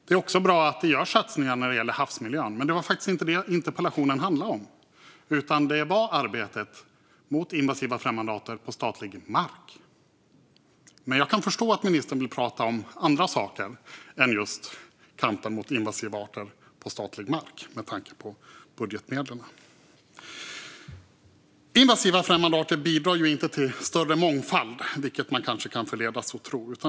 Det är också bra att det görs satsningar när det gäller havsmiljön. Men det är inte det som interpellationen handlar om. Det är arbetet mot invasiva främmande arter på statlig mark. Jag kan förstå att ministern vill tala om andra saker än just kampen mot invasiva arter på statlig mark med tanke på budgetmedlen. Invasiva främmande arter bidrar inte till större mångfald, vilket man kanske kan förledas att tro.